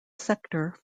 sector